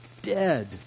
dead